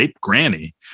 granny